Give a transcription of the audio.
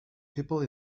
people